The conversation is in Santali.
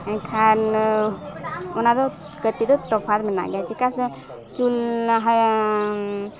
ᱮᱱᱠᱷᱟᱱ ᱚᱱᱟᱫᱚ ᱠᱟᱹᱴᱤᱡ ᱫᱚ ᱛᱚᱯᱷᱟᱛ ᱢᱮᱱᱟᱜ ᱜᱮᱭᱟ ᱪᱮᱫᱟᱜ ᱥᱮ ᱪᱩᱞᱦᱟᱹ ᱦᱚᱸ